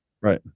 right